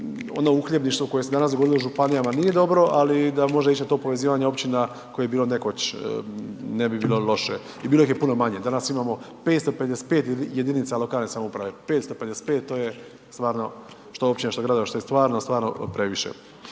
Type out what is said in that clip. ono uhljebništvo koje se danas govorilo o županijama nije dobro, ali da može ić na to povezivanje općina koje je bilo nekoć ne bi bilo loše i bilo ih je puno manje, danas imamo 555 jedinica lokalne samouprave, 555 to je stvarno što općina, što gradova, što je stvarno, stvarno previše.